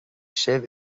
sibh